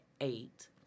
eight